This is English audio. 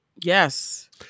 Yes